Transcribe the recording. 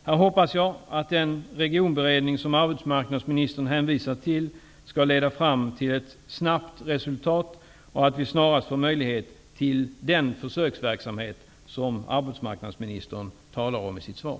Här hoppas jag att den regionberedning som arbetsmarknadsministern hänvisade till skall leda fram till ett snabbt resultat och att vi snarast skall få möjlighet till den försöksverksamhet som arbetsmarknadsministern talar om i sitt svar.